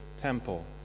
temple